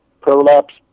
Prolapse